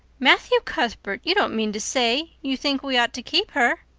matthew cuthbert, you don't mean to say you think we ought to keep her!